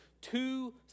two